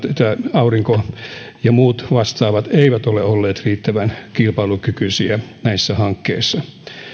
aurinko ja muut vastaavat eivät ole olleet riittävän kilpailukykyisiä näissä hankkeissa